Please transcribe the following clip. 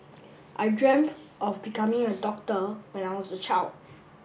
I dreamt of becoming a doctor when I was a child